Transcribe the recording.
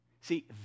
See